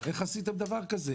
איך עשיתם דבר כזה?